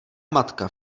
matka